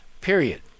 period